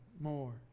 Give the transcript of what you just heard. more